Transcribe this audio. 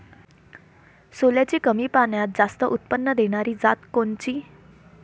सोल्याची कमी पान्यात जास्त उत्पन्न देनारी जात कोनची?